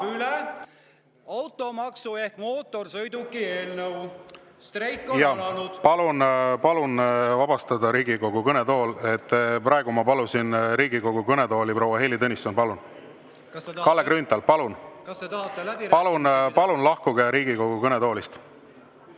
üle automaksu ehk mootorsõiduki[maksu] eelnõu. Streik on alanud. Palun vabastada Riigikogu kõnetool! Praegu ma palusin Riigikogu kõnetooli proua Heili Tõnissoni. Kalle Grünthal, palun lahkuge Riigikogu kõnetoolist!